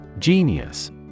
Genius